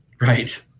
Right